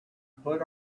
put